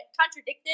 contradicted